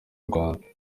rwanda